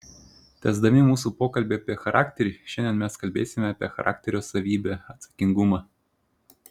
tęsdami mūsų pokalbį apie charakterį šiandien mes kalbėsime apie charakterio savybę atsakingumą